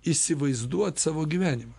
įsivaizduot savo gyvenimą